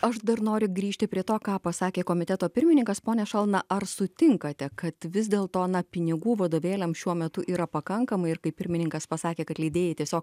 aš dar noriu grįžti prie to ką pasakė komiteto pirmininkas pone šalna ar sutinkate kad vis dėlto na pinigų vadovėliams šiuo metu yra pakankamai ir kaip pirmininkas pasakė kad leidėjai tiesiog